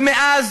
ומאז,